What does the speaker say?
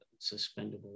suspendable